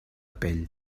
pell